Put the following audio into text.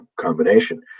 combination